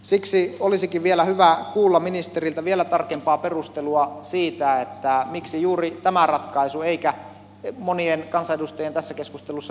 siksi olisikin vielä hyvä kuulla ministeriltä vielä tarkempaa perustelua siitä miksi juuri tämä ratkaisu eikä monien kansanedustajien tässä keskustelussa peräämä täyskielto